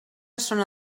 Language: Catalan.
zona